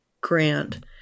grant